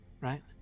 right